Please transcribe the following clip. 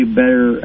better